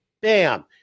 bam